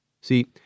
See